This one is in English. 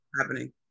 happening